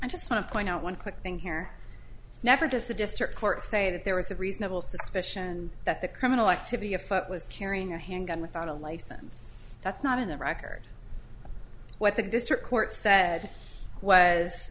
and just not point out one quick thing here never does the district court say that there was a reasonable suspicion that the criminal activity afoot was carrying a handgun without a license that's not in the record what the district court said was